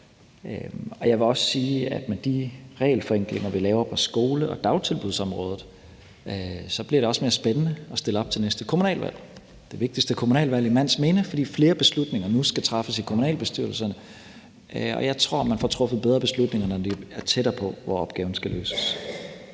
Jeg vil så også sige, at det med de regelforenklinger, vi laver på skole- og dagtilbudsområdet, bliver mere spændende at stille op til det næste kommunalvalg, altså det vigtigste kommunalvalg i mands minde, fordi flere beslutninger nu skal træffes i kommunalbestyrelserne, og jeg tror, at man får truffet bedre beslutninger, når det sker tættere på, hvor opgaven skal løses.